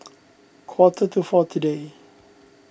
quarter to four today